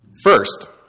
First